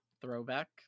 throwback